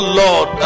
lord